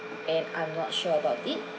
eh I'm not sure about it